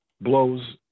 blows